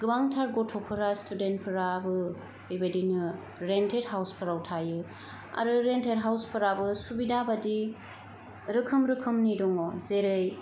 गोबांथार गथ'फोरा स्टुडेन्टफोराबो बे बायदिनो रेन्टेड हाउसफ्राव थायो आरो रेन्टेड हाउसफोराबो सुबिदा बायदि रोखोम रोखोमनि दङ जेरै